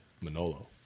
Manolo